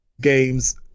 games